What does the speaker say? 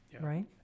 right